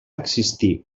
existir